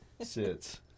sits